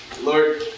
Lord